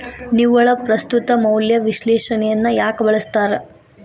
ನಿವ್ವಳ ಪ್ರಸ್ತುತ ಮೌಲ್ಯ ವಿಶ್ಲೇಷಣೆಯನ್ನ ಯಾಕ ಬಳಸ್ತಾರ